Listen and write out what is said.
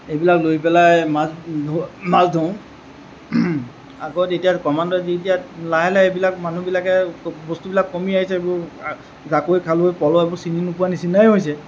এইবিলাক লৈ পেলাই ধৰো মাছ ধৰোঁ মাছ ধৰোঁ আগত এতিয়া ক্ৰমান্বয়ে এতিয়া লাহে লাহে এইবিলাক মানুহবিলাকে এইবিলাক বস্তুবিলাক কমি আহিছে এইবোৰ জাকৈ খালৈ পলহ এইবোৰ চিনি নোপোৱা নিছিনাই হৈছে